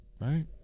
right